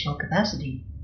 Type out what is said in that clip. capacity